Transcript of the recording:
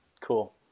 Cool